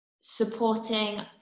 supporting